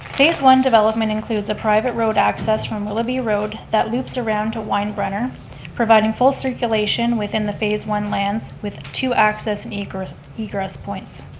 phase one development includes a private road access from willoughby road that loops around to weinbrenner providing full circulation within the phase one lands with two access egress egress points.